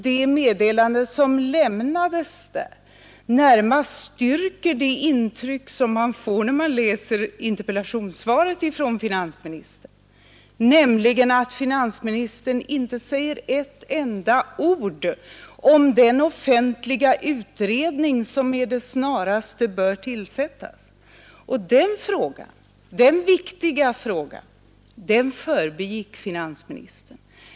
Det meddelande som lämnades närmast styrker det intryck, som man får när man läser interpellationssvaret från finansministern, nämligen att finansministern inte tar med tillsättandet av den offentliga utredningen bland de närmast förestående åtgärderna. Den viktiga frågan förbigick finansministern helt.